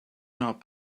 not